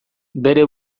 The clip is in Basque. bere